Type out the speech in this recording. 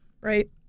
right